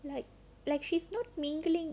lik~ like she's not mingling